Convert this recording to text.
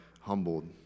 humbled